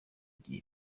gihe